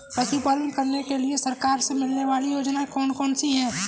पशु पालन करने के लिए सरकार से मिलने वाली योजनाएँ कौन कौन सी हैं?